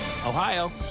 Ohio